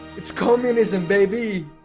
it's communism, baby!